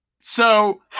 So-